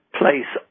place